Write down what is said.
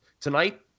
Tonight